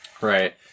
Right